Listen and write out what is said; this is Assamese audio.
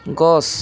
গছ